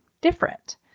different